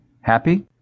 Happy